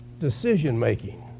decision-making